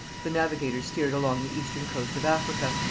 the navigators steered along the eastern coast of africa,